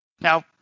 now